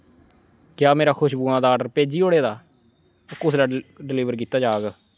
क्या मेरा खुश्बुआं दा आर्डर भेज्जी ओड़े दा कुसलै डलीवर कीता जाह्ग